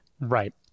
Right